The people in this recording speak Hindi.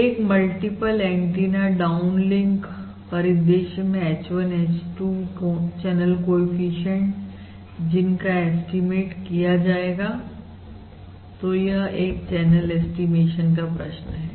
एक मल्टीपल एंटीना डाउन लिंक परिदृश्य में h1 h2 चैनल कोएफिशिएंट जिनका एस्टीमेट किया जाएगा तो यह एक चैनल ऐस्टीमेशन का प्रश्न है